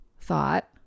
thought